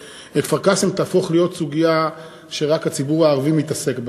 כפר-קאסם תהפוך להיות סוגיה שרק הציבור הערבי מתעסק בה,